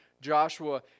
Joshua